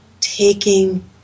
taking